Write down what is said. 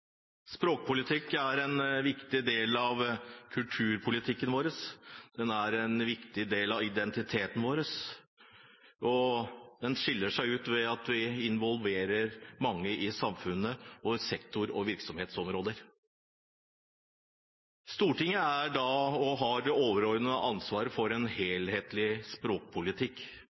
Språkpolitikk er en viktig del av kulturpolitikken vår. Det er en viktig del av identiteten vår og skiller seg ut ved at det involverer mange i samfunnet, og mange sektor- og virksomhetsområder. Stortinget har det overordnede ansvaret for en helhetlig språkpolitikk.